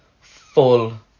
full